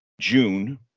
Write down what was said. june